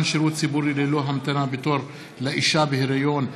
שירות ציבורי ללא המתנה בתור לאישה בהיריון),